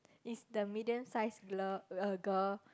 is the medium size uh girl